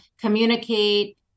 communicate